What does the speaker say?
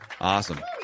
Awesome